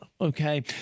okay